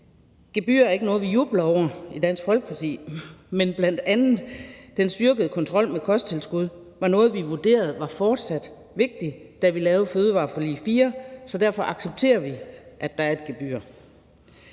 Gebyrer er ikke noget, vi jubler over i Dansk Folkeparti, men bl.a. den styrkede kontrol med kosttilskud var noget, vi vurderede fortsat var vigtig, da vi lavede »Fødevareforlig 4«, så derfor accepterer vi, at der er et gebyr.